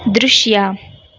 ದೃಶ್ಯ